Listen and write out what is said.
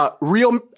Real